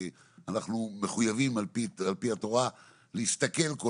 אנחנו מחויבים על פי התורה להסתכל כל